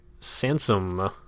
Sansom